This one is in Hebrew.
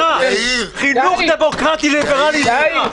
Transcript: חינוך דמוקרטי ליברלי זה רע.